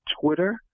Twitter